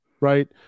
right